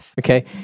Okay